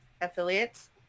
affiliates